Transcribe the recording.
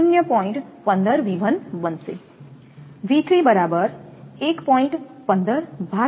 05V3 ની બરાબર 1